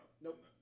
nope